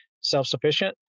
self-sufficient